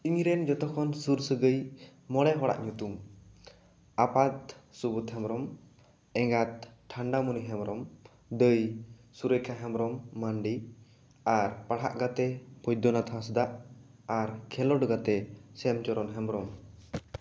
ᱤᱧ ᱨᱮᱱ ᱡᱚᱛᱚ ᱠᱷᱚᱱ ᱥᱩᱨ ᱥᱟᱹᱜᱟᱹᱭ ᱢᱚᱬᱮ ᱦᱚᱲᱟᱜ ᱧᱩᱛᱩᱢ ᱟᱯᱟᱛ ᱥᱩᱵᱚᱫᱷ ᱦᱮᱢᱵᱨᱚᱢ ᱮᱸᱜᱟᱛ ᱴᱷᱟᱱᱰᱟᱢᱩᱱᱤ ᱦᱮᱢᱵᱨᱚᱢ ᱫᱟᱹᱭ ᱥᱩᱨᱮᱠᱷᱟ ᱦᱮᱢᱵᱨᱚᱢ ᱢᱟᱱᱰᱤ ᱟᱨ ᱯᱟᱲᱦᱟᱜ ᱜᱟᱛᱮ ᱵᱚᱫᱷᱭᱚᱱᱟᱛᱷ ᱦᱟᱸᱥᱫᱟ ᱟᱨ ᱠᱷᱮᱞᱚᱰ ᱜᱟᱛᱮ ᱥᱮᱱᱪᱚᱨᱚᱱ ᱦᱮᱢᱵᱨᱚᱢ